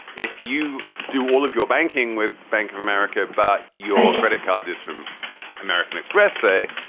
if you do all of your banking with bank of america, but your credit card is from american express, say,